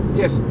yes